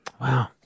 Wow